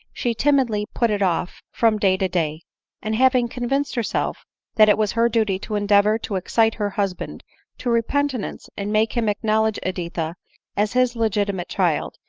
she timidly put it off from day to day and having convinced herself that it was her duty to endeavor to excite her husband to repentance, and make him acknowledge editha as his legitimate child,